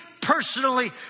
personally